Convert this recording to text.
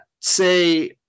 say